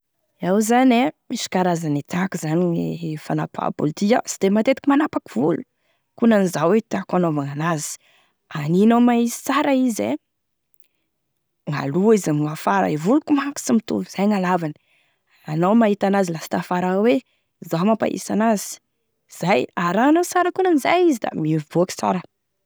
Iaho zany e, misy karazane tiako zany gne fanapahambolo ty, iaho koa sy dematetiky manapaky volo, ankonan'izao e tiako hanaovanao an'azy, aninao mahisy tsara izy e, gn'aloha izy amen'afara, e voloko manko sy mitovy izay gn'alavany, anao mahita anazy lasteo afara ao hoe izao mampahitsy an'azy, zay arahanao sara ankonan'izay izy da mivoaky sara.